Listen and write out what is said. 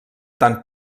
tant